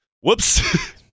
Whoops